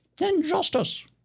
Injustice